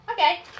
Okay